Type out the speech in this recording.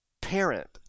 parent